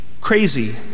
Crazy